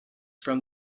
from